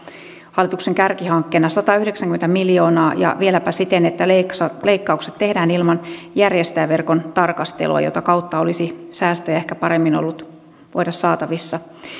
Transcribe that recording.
hallituksen kärkihankkeena satayhdeksänkymmentä miljoonaa ja vieläpä siten että leikkaukset tehdään ilman järjestäjäverkon tarkastelua jota kautta olisi säästöjä ehkä voinut paremmin olla saatavissa